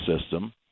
system